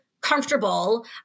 comfortable